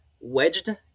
wedged